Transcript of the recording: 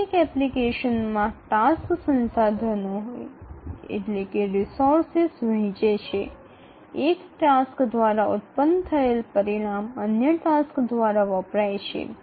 વાસ્તવિક એપ્લિકેશનમાં ટાસક્સ સંસાધનો વહેંચે છે એક ટાસ્ક દ્વારા ઉત્પન્ન થયેલ પરિણામ અન્ય ટાસક્સ દ્વારા વપરાય છે